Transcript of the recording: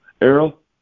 Errol